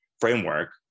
framework